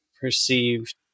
perceived